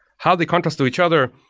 how they contrast to each other?